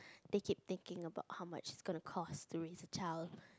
they keep thinking about how much it's gonna cost to raise a child